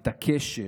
את הקשב.